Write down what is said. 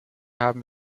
haben